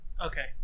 Okay